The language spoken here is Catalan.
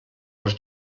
els